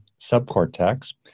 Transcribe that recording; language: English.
subcortex